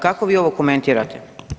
Kako vi ovo komentirate?